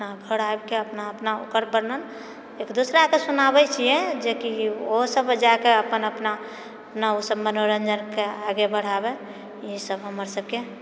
अपना घर आबिकेँ अपना अपना ओकर वर्णन एक दूसराके सुनाबए छिऐ जेकि ओहो सभ जाकऽ अपन अपना ओ सभ मनोरञ्जनके आगाँ बढ़ाबै ई सभ हमर सभकेँ